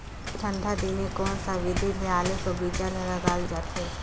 ठंडा दिने कोन सा विधि ले आलू कर बीजा ल लगाल जाथे?